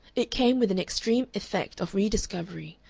it came with an extreme effect of re-discovery,